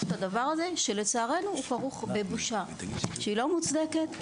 את הדבר הזה שלצערנו הוא כרוך בבושה שהיא לא מוצדקת.